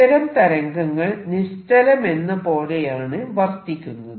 ഇത്തരം തരംഗങ്ങൾ നിശ്ചലമെന്നപോലെയാണ് വർത്തിക്കുന്നത്